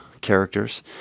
characters